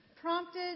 prompted